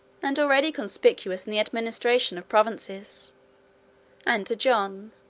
and already conspicuous in the administration of provinces and to john,